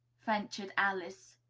ventured alice.